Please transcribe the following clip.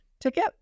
ticket